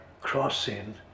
crossing